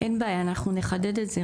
אין בעיה אנחנו נחדד את זה,